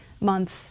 months